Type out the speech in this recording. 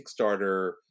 Kickstarter